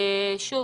שוב,